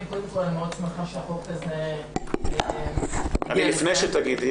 אני מאוד שמחה שהחוק הזה --- לפני שתגידי,